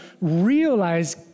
realize